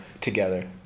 together